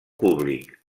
públic